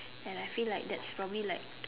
and I feel like that's probably like